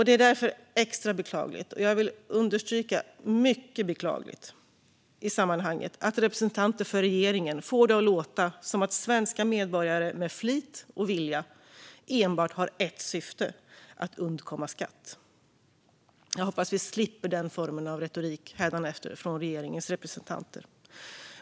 Det är därför i sammanhanget extra beklagligt - jag vill understryka att det är mycket beklagligt - att representanter för regeringen får det att låta som att svenska medborgare med flit och vilja agerar i enbart ett syfte: att undkomma skatt. Jag hoppas att vi hädanefter slipper den typen av retorik från regeringens representanter.